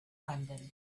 london